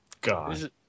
God